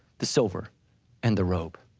the silver and the robe,